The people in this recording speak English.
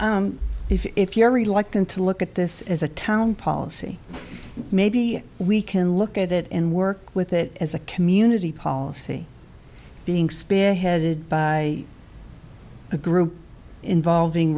guyon if you're reluctant to look at this as a town policy maybe we can look at it and work with it as a community policy being spearheaded by a group involving